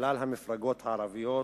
כלל המפלגות הערביות,